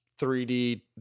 3d